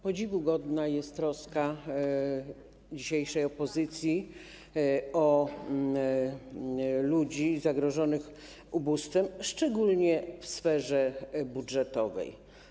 Podziwu godna jest troska dzisiejszej opozycji o ludzi zagrożonych ubóstwem, szczególnie w sferze budżetowej.